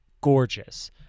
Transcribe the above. gorgeous